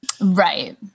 right